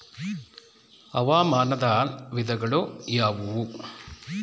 ಹವಾಮಾನದ ವಿಧಗಳು ಯಾವುವು?